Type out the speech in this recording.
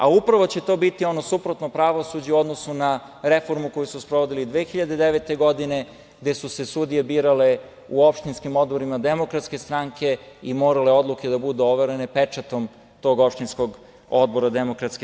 A upravo će to biti ono suprotno pravosuđe u odnosu na reformu koju su sprovodili 2009. godine, gde su se Srbije birale u opštinskim odborima DS i morale odluke da budu overene pečatom tog opštinskog odbora DS.